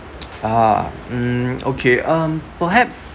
ah mm okay um perhaps